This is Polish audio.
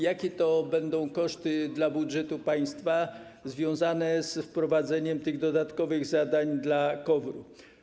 Jakie będą koszty dla budżetu państwa związane z wprowadzeniem dodatkowych zadań dla KOWR?